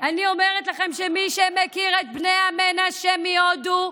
אני אומרת לכם שמי שמכיר את בני המנשה מהודו,